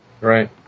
right